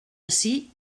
ací